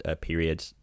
period